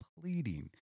pleading